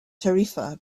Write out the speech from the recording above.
tarifa